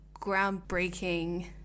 groundbreaking